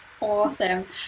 Awesome